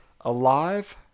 Alive